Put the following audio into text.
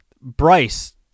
Bryce